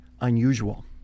unusual